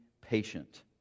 patient